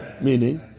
Meaning